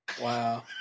Wow